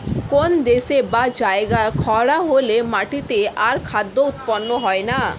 কোন দেশে বা জায়গায় খরা হলে মাটিতে আর খাদ্য উৎপন্ন হয় না